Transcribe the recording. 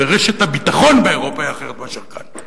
ורשת הביטחון באירופה היא אחרת מאשר כאן.